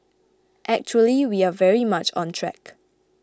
actually we are very much on track